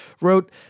wrote